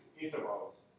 intervals